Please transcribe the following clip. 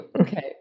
Okay